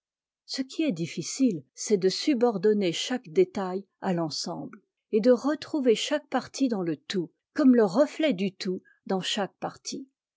ce qui est difficile c'est de subordonner chaque détail à l'ensemble et de retrouver chaque partie dans le tout comme le reuet du tout dans chaque partie